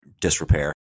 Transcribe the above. disrepair